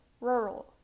rural